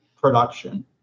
production